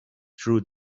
through